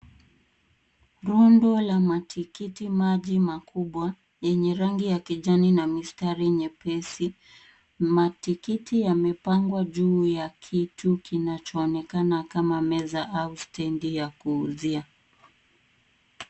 Rundo la matikiti maji makubwa yenye rangi ya kijani na mistari nyepesi. Matikiti yamepangwa juu ya kitu kinacho onekana kama meza au stendi ya kuuzia.